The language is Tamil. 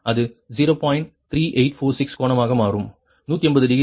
3846 கோணமாக மாறும் 180 டிகிரி 0